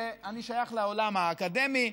שאני שייך לעולם האקדמי,